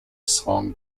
song